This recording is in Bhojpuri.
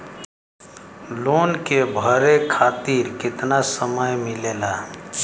लोन के भरे खातिर कितना समय मिलेला?